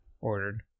ordered